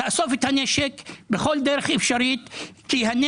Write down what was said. תאסוף את הנשק בכל דרך אפשרית כי הוא